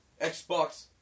Xbox